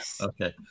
Okay